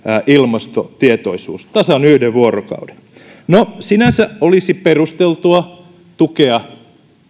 ilmastotietoisuus tasan yhden vuorokauden no sinänsä olisi perusteltua tukea